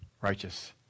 righteous